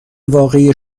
واقعی